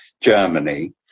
Germany